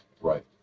right